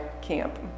camp